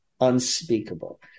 unspeakable